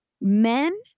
men